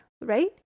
right